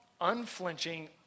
unflinching